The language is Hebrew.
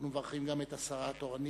אנחנו מברכים גם את השרה התורנית,